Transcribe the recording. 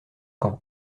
camp